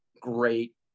great